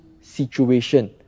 situation